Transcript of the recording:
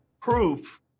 proof